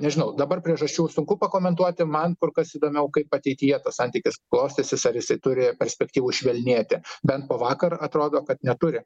nežinau dabar priežasčių sunku pakomentuoti man kur kas įdomiau kaip ateityje tas santykis klostysis ar jisai turi perspektyvų švelnėti bent po vakar atrodo kad neturi